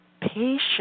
patient